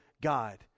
God